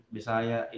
Bisaya